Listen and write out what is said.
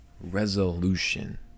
Resolution